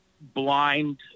blind